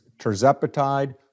terzepatide